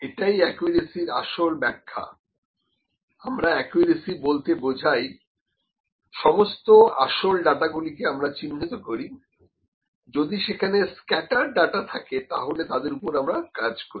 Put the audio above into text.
এটাই অ্যাকিউরেসির আসল ব্যাখ্যা আমরা অ্যাকুরেসি বলতে বোঝাই সমস্ত আসল ডাটা গুলো কে আমরা চিহ্নিত করি যদি সেখানে স্ক্যাটার্ড ডাটা থাকে তাহলে তাদের উপরে আমরা কাজ করি